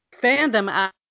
fandom